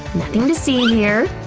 nothing to see here!